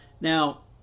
now